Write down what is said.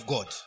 God